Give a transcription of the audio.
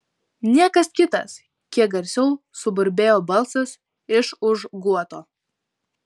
niekas kitas kiek garsiau suburbėjo balsas iš už guoto